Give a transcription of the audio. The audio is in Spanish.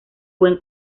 buen